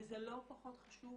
וזה לא פחות חשוב,